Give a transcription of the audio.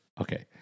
okay